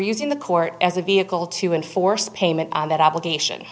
using the court as a vehicle to enforce payment on that obligation